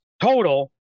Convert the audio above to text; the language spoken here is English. total